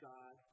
God